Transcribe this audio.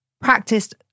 practiced